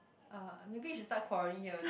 uh maybe you should start quarreling here also